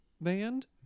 band